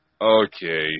Okay